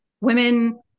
women